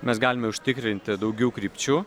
mes galime užtikrinti daugiau krypčių